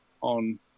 on